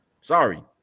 Sorry